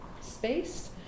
space